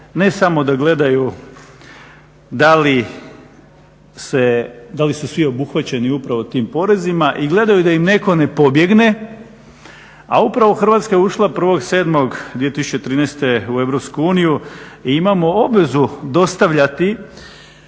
ne samo da gledaju da li su svi obuhvaćeni upravo tim porezima i gledaju da im netko ne pobjegne a upravo Hrvatska je ušla 1.7.2013. u EU i imamo obvezu dostavljati